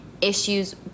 issues